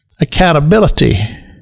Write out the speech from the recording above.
accountability